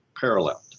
parallel